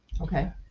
Okay